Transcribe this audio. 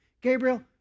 Gabriel